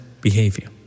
behavior